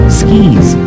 skis